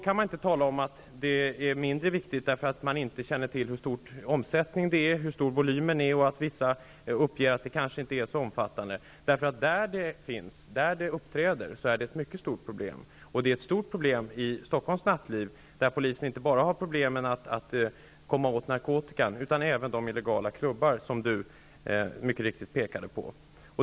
Man kan inte säga att det är mindre viktigt därför att man inte känner till hur stor omsättningen är eller hur stor volymen är, och därför att vissa uppger att den kanske inte är så omfattande: där det uppträder, är det ett mycket stort problem. Det är ett mycket stort problem i Stockholms nattliv, där polisen har problem att komma åt inte bara narkotikan utan även de illegala klubbar som socialministern mycket riktigt pekade på.